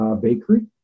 Bakery